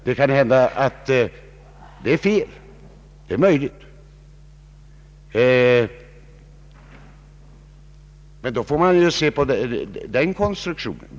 Det kan hända att den nuvarande ordningen är felaktig, men det gäller ju då att se på konstruktionen och om den kan ändras.